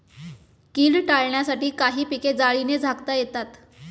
कीड टाळण्यासाठी काही पिके जाळीने झाकता येतात